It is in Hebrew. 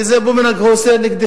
כי זה בומרנג הנוסע נגדכם.